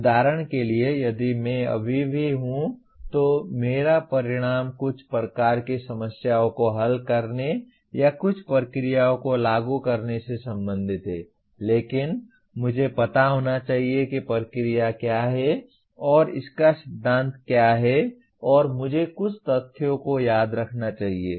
उदाहरण के लिए यदि मैं अभी भी हूं तो मेरा परिणाम कुछ प्रकार की समस्याओं को हल करने या कुछ प्रक्रियाओं को लागू करने से संबंधित है लेकिन मुझे पता होना चाहिए कि प्रक्रिया क्या है और इसका सिद्धांत क्या है और मुझे कुछ तथ्यों को याद रखना चाहिए